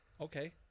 Okay